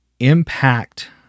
impact